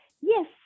Yes